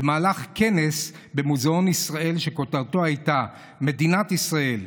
במהלך כנס במוזיאון ישראל שכותרתו הייתה "מדינת ישראל,